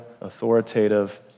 authoritative